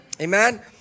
Amen